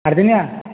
ଆଠ୍ ଦିନିଆ